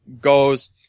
goes